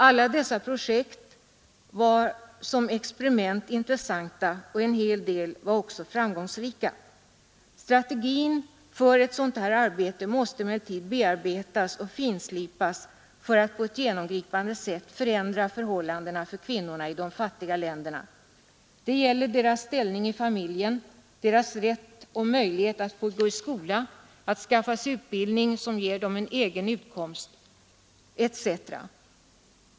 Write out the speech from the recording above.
Alla dessa projekt var som experiment intressanta, och en hel del var också framgångsrika. Strategin för ett sådant här arbete måste emellertid bearbetas och finslipas för att på ett genomgripande sätt kunna förändra förhållandena för kvinnorna i de fattiga länderna. Det gäller deras ställning i familjen, deras rätt och möjligheter att gå i skola, att skaffa utbildning som ger dem en egen utkomst etc.